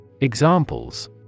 Examples